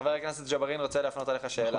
חבר הכנסת ג'בארין רוצה להפנות אליך שאלה.